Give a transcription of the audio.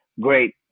Great